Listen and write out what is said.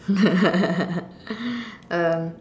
um